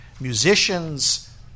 musicians